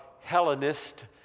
Hellenist